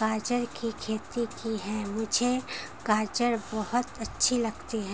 गाजर की खेती की है मुझे गाजर बहुत अच्छी लगती है